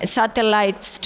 satellites